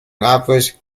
average